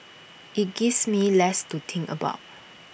IT gives me less to think about